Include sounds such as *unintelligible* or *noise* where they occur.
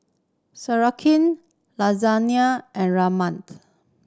*unintelligible* Lasagna and Rajma